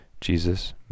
Jesus